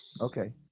Okay